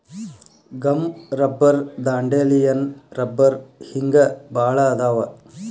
gum rubber dandelion rubber ಹಿಂಗ ಬಾಳ ಅದಾವ